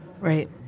Right